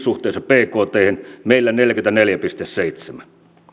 suhteessa bkthen meillä neljäkymmentäneljä pilkku seitsemän